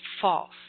false